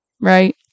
right